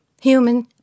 human